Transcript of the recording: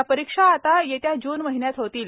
या परीक्षा आता येत्या जून महिन्यात होतील